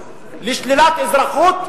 לשלילת אזרחות,